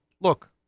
look